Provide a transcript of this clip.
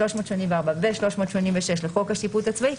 384 ו-386 לחוק השיפוט הצבאי,